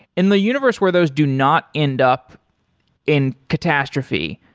in the universe where those do not end up in catastrophe,